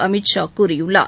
அமித் ஷா கூறியுள்ளார்